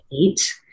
eight